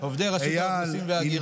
עובדי רשות האוכלוסין וההגירה.